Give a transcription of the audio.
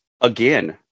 Again